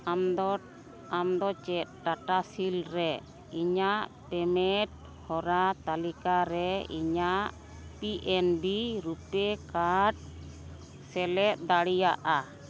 ᱟᱢ ᱫᱚ ᱟᱢᱫᱚ ᱪᱮᱫ ᱴᱟᱴᱟ ᱥᱤᱞ ᱨᱮ ᱤᱧᱟᱹᱜ ᱯᱮᱢᱮᱴ ᱦᱚᱨᱟ ᱛᱟᱞᱤᱠᱟ ᱨᱮ ᱤᱧᱟᱹᱜ P N B RuPay card ᱥᱮᱞᱮᱫ ᱫᱟᱲᱮᱭᱟᱜᱼᱟ